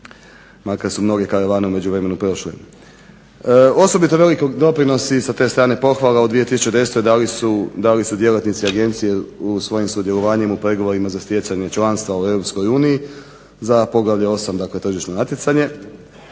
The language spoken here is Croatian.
makar su mnoge karavane u međuvremenu prošle. Osobito veliki doprinos i sa te strane pohvale od 2010. dali su djelatnici Agencije u svojem sudjelovanju u pregovorima za stjecanje članstva u Europskoj uniji, za poglavlje 8. dakle Tržišno natjecanje.